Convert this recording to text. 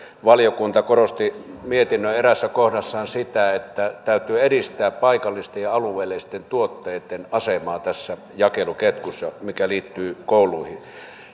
valiokunta korosti mietinnön eräässä kohdassa sitä että täytyy edistää paikallisten ja alueellisten tuotteitten asemaa tässä jakeluketjussa mikä liittyy kouluihin